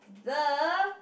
the